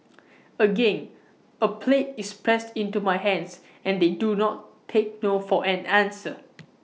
again A plate is pressed into my hands and they do not take no for an answer